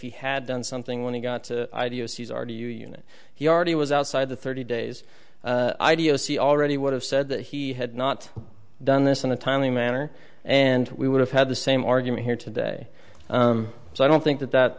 he had done something when he got ideas he's already unit he already was outside the thirty days i do you see already would have said that he had not done this in a timely manner and we would have had the same argument here today so i don't think that that